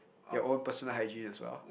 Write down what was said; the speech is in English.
your own personal hygiene as well